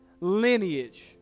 lineage